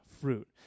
fruit